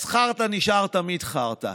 אז חרטא נשארת תמיד חרטא.